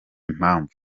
mpamvu